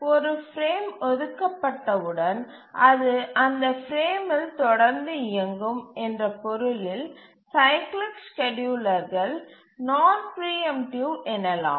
ஒரு பிரேம் ஒதுக்கப்பட்டவுடன் அது அந்த பிரேமில் தொடர்ந்து இயங்கும் என்ற பொருளில் சைக்கிளிக் ஸ்கேட்யூலர்கள் நான் பிரீஎம்ட்டிவ் எனலாம்